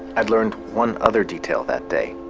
i'd learned one other detail that day.